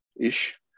ish